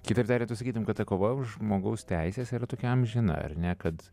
kitaip tariant tu sakytum kad ta kova už žmogaus teises yra tokia amžina ar ne kad